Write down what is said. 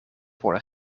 worden